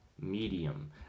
medium